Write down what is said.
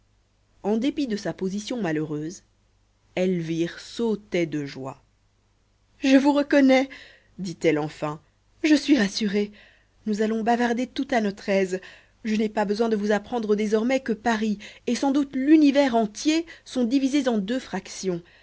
en dépit de sa position malheureuse elvire sautait de joie je vous reconnais dit-elle enfin je suis rassurée nous allons bavarder tout à notre aise je n'ai pas besoin de vous apprendre désormais que paris et sans doute l'univers entier sont divisés en deux fractions